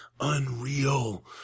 unreal